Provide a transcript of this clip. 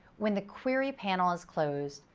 when the query panel is closed,